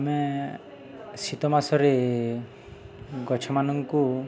ଆମେ ଶୀତ ମାସରେ ଗଛମାନଙ୍କୁ